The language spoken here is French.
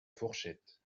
fourchette